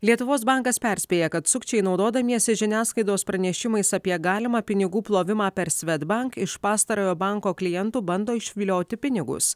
lietuvos bankas perspėja kad sukčiai naudodamiesi žiniasklaidos pranešimais apie galimą pinigų plovimą per svedbank iš pastarojo banko klientų bando išvilioti pinigus